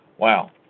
Wow